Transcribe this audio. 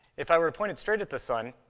if i were pointed straight at the sun,